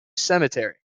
cemetery